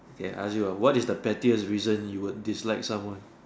ya I ask you ah what is the pettiest reason you would dislike someone